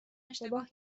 اشتباه